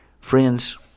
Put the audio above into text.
Friends